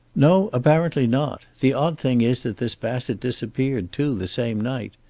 no, apparently not. the odd thing is that this bassett disappeared, too, the same night.